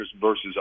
versus